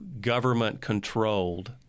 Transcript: government-controlled